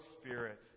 Spirit